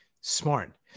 Smart